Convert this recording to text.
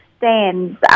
Stands